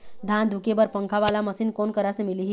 धान धुके बर पंखा वाला मशीन कोन करा से मिलही?